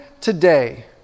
today